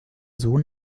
sohn